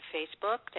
Facebook